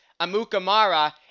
Amukamara